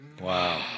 Wow